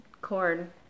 corn